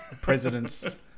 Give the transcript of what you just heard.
presidents